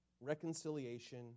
reconciliation